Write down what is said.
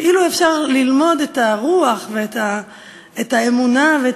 כאילו אפשר ללמוד את הרוח ואת האמונה ואת